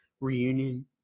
reunion